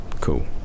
Cool